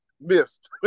missed